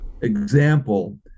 example